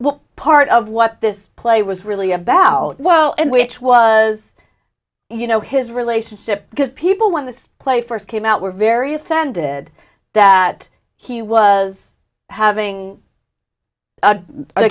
what part of what this play was really a vow well and which was you know his relationship because people when the play first came out were very offended that he was having a